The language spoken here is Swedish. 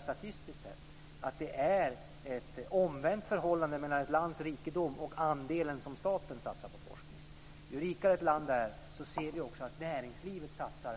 statistiskt sett, ett omvänt förhållande mellan ett lands rikedom och den andel som staten satsar på forskning. Ju rikare ett land är, desto större andel ser vi att näringslivet satsar.